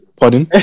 pardon